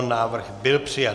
Návrh byl přijat.